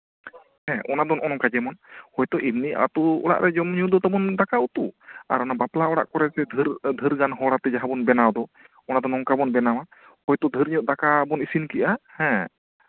ᱦᱮᱸ ᱚᱱᱟ ᱫᱚ ᱱᱚᱜᱼᱚ ᱱᱚᱝᱠᱟ ᱡᱮᱢᱚᱱ ᱦᱳᱭᱛᱳ ᱮᱢᱱᱤ ᱟᱹᱛᱩ ᱚᱲᱟᱜ ᱨᱮ ᱡᱚᱢᱼᱧᱩ ᱫᱚ ᱛᱟᱵᱚᱱ ᱫᱟᱠᱟ ᱩᱛᱩ ᱟᱨ ᱚᱱᱟ ᱵᱟᱯᱞᱟ ᱚᱲᱟᱜ ᱠᱚᱨᱮ ᱫᱚ ᱫᱷᱟᱹᱨ ᱫᱷᱟᱹᱨ ᱜᱟᱱ ᱦᱚᱲᱟᱜ ᱛᱮ ᱡᱟᱦᱟᱸ ᱵᱚᱱ ᱵᱮᱱᱟᱣ ᱫᱚ ᱚᱱᱟ ᱫᱚ ᱱᱚᱝᱠᱟ ᱵᱚᱱ ᱵᱮᱱᱟᱣᱟ ᱦᱳᱭᱛᱳ ᱫᱷᱟᱹᱨ ᱧᱚᱜ ᱫᱟᱠᱟ ᱵᱚᱱ ᱤᱥᱤᱱ ᱠᱮᱫᱼᱟ ᱦᱮᱸ